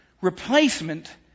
replacement